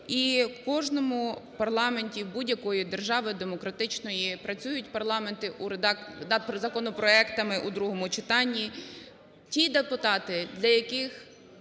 І у кожному парламенті будь-якої держави демократичної працюють парламенти над законопроектами у другому читанні, ті депутати, для яких